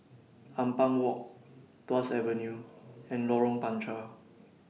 Ampang Walk Tuas Avenue and Lorong Panchar